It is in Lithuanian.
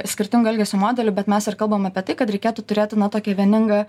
skirtingų elgesio modelių bet mes ir kalbam apie tai kad reikėtų turėti na tokią vieningą